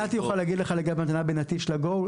נתי יוכל להגיד לך לגבי המתנה בנתיב של ה-GO.